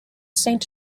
saint